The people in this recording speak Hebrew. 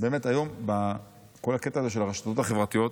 היום באמת כל הקטע הזה של הרשתות החברתיות,